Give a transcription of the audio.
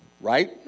right